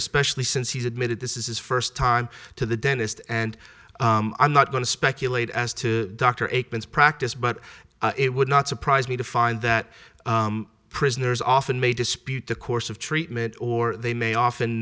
especially since he's admitted this is his first time to the dentist and i'm not going to speculate as to dr aiken's practice but it would not surprise me to find that prisoners often may dispute the course of treatment or they may often